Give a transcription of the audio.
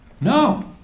No